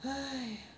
!hais!